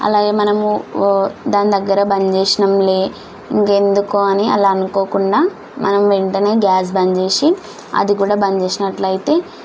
అలాగే మనము దాని దగ్గర బంద్ చేసినాంలే ఇంకెందుకు అని అలా అనుకోకుండా మనం వెంటనే గ్యాస్ బంద్ చేసి అది కూడా బంద్ చేసినట్లయితే